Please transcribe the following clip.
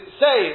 say